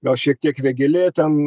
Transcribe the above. gal šiek tiek vėgėlė ten